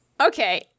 Okay